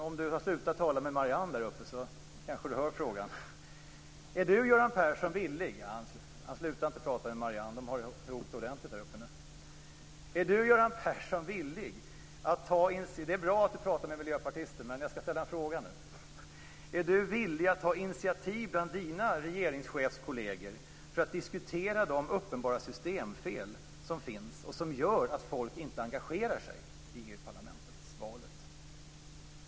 Om du slutar tala med Marianne Samuelsson kanske du hör frågan. Det är bra att du pratar med miljöpartister, men jag skall ställa en fråga nu: Är du villig att ta initiativ bland dina regeringschefskolleger för att diskutera de uppenbara systemfel som finns och som gör att folk inte engagerar sig i EU parlamentsvalet?